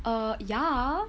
uh ya